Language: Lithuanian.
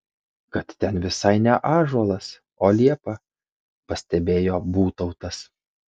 kad ten visai ne ąžuolas o liepa pastebėjo būtautas